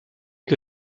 que